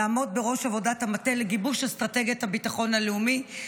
לעמוד בראש עבודת המטה לגיבוש אסטרטגיית הביטחון הלאומי,